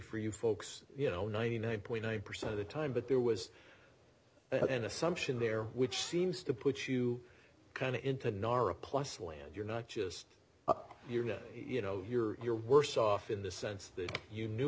for you folks you know ninety nine point nine percent of the time but there was an assumption there which seems to put you kind of into nora plus land you're not just up your net you know you're you're worse off in the sense that you knew